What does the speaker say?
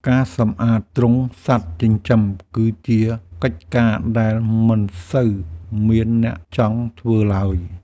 ការសម្អាតទ្រុងសត្វចិញ្ចឹម គឺជាកិច្ចការដែលមិនសូវមានអ្នកចង់ធ្វើឡើយ។